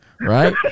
Right